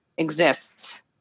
Exists